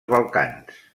balcans